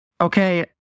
okay